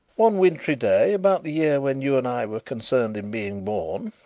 one winterly day, about the year when you and i were concerned in being born,